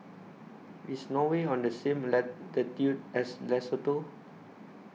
IS Norway on The same latitude as Lesotho